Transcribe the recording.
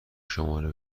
شماره